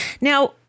Now